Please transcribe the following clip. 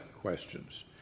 questions